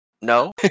no